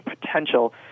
potential